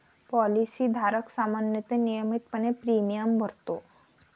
policy धारक सामान्यतः नियमितपणे प्रीमियम भरतो